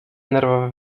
nerwowe